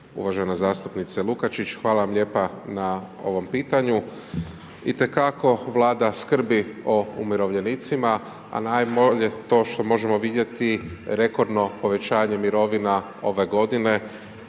uvažena zastupnice Lukačić. Hvala vam lijepa na ovom pitanju. Itekako vlada skrbi o umirovljenicima, a najbolje to što možemo vidjeti rekordno povećanje mirovina ove godine,